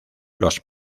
los